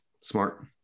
smart